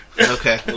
Okay